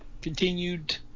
continued